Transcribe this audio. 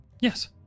Yes